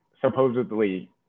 supposedly